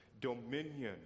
dominion